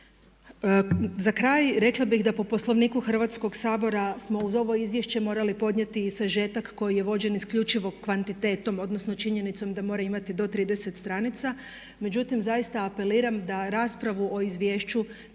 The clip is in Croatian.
Za kraj rekla bih da po Poslovniku Hrvatskog sabora smo uz ovo izvješće morali podnijeti i sažetak koji je vođen isključivo kvantitetom odnosno činjenicom da mora imati do 30 stranica, međutim zaista apeliram da raspravu o izvješću